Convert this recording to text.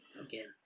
again